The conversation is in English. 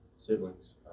siblings